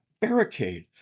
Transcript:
barricade